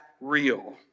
real